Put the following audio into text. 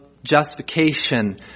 Justification